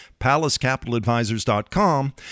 palacecapitaladvisors.com